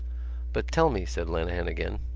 but tell me, said lenehan again,